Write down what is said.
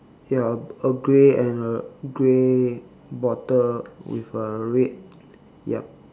ya a grey and a grey bottle with a red yup